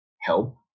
help